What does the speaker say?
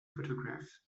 photographs